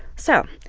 so,